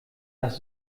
das